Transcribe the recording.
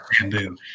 bamboo